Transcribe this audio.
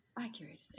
accurate